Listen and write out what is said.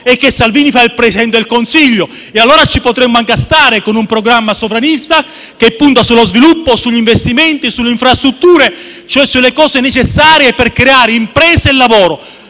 e che Salvini fa il Presidente del Consiglio: ci potremmo anche stare, con un programma sovranista, che punti allo sviluppo, sugli investimenti sulle infrastrutture, cioè sulle cose necessarie per creare impresa e lavoro.